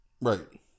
right